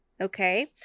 Okay